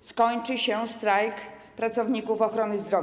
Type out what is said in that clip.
skończy się strajk pracowników ochrony zdrowia?